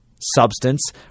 substance